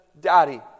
Daddy